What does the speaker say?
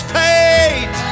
paid